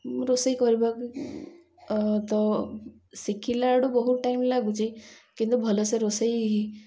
ମୁଁ ରୋଷେଇ କରିବାକୁ ତ ଶିଖିଲାଠୁ ବହୁତ ଟାଇମ୍ ଲାଗୁଛି କିନ୍ତୁ ଭଲସେ ରୋଷେଇ ହି